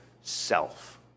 self